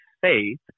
faith